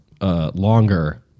Longer